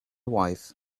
wife